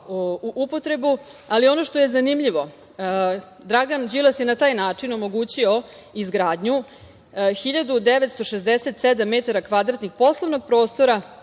u upotrebu. Ono što je zanimljivo, Dragan Đilas je na taj način omogućio izgradnju 1.967 m2 poslovnog prostora